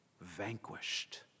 vanquished